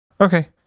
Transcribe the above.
okay